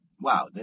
Wow